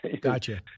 Gotcha